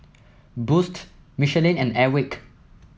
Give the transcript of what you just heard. Boost Michelin and Airwick